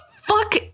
fuck